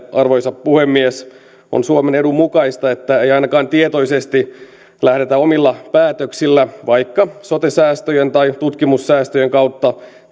arvoisa puhemies on suomen edun mukaista että ei ainakaan tietoisesti lähdetä omilla päätöksillä vaikka sote säästöjen tai tutkimussäästöjen kautta